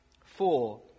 Four